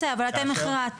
בסדר, אבל אתם הכרעתם.